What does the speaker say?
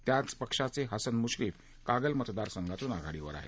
त्याच पक्षाचे हसन मुश्रीफ कागल मतदारसंघातून आधाडीवर आहेत